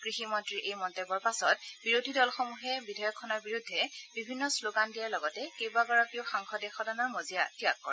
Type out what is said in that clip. কৃষিমন্ত্ৰীৰ এই মন্তব্যৰ পাছত বিৰোধী দলসমূহে এই বিধেয়কখনৰ বিৰুদ্ধে বিভিন্ন শ্লোগান দিয়াৰ লগতে কেইবাগৰাকীও সাংসদে সদনৰ মজিয়া ত্যাগ কৰে